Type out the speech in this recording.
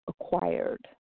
acquired